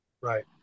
Right